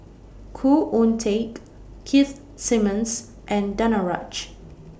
Khoo Oon Teik Keith Simmons and Danaraj